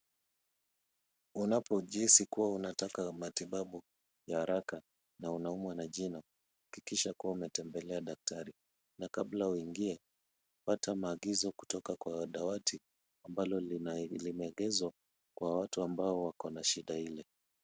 Unapojihisi kuwa unataka matibabu ya haraka na unaumwa na jino hakikisha kuwa umetembelea daktari na kabla uingie pata maagizo kutoka kwa dawati ambalo limeegezwa kwa watu ambao wako na shida hili.